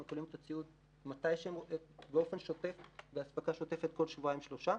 הם מקבלים באופן שוטף באספקה שוטפת כל שבועיים-שלושה.